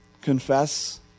Confess